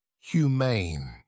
humane